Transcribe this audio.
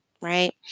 right